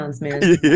man